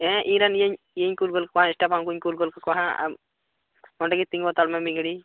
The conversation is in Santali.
ᱦᱮᱸ ᱤᱧ ᱨᱮᱱ ᱤᱭᱟᱹᱧ ᱤᱭᱟᱹᱧ ᱠᱩᱞ ᱜᱚᱫ ᱠᱚᱣᱟ ᱮᱥᱴᱟᱵ ᱦᱟᱸᱜ ᱩᱱᱠᱩᱧ ᱠᱩᱞ ᱜᱚᱫ ᱠᱟᱠᱚᱣᱟ ᱦᱟᱜ ᱟᱨ ᱚᱸᱰᱮ ᱜᱮ ᱛᱤᱸᱜᱩ ᱦᱟᱛᱟᱲᱚᱜ ᱢᱮ ᱢᱤᱫ ᱜᱷᱟᱹᱲᱤᱡ